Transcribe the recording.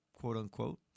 quote-unquote